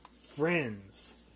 Friends